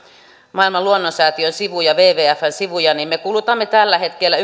maailman luonnonsäätiön wwfn sivuja niin me kulutamme tällä hetkellä